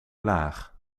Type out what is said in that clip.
laag